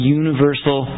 universal